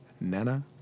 Nana